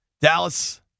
Dallas